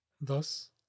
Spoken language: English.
Thus